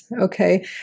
Okay